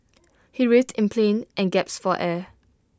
he writhed in plink and gasped for air